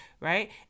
right